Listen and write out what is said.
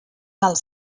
dels